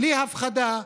בלי הפחדה,